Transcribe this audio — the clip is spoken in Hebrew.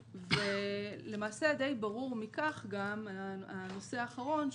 למעשה די ברור מכך הנושא האחרון,